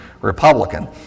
Republican